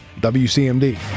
WCMD